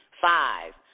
Five